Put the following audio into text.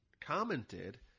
commented